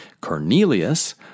Cornelius